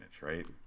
right